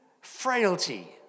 frailty